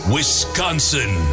Wisconsin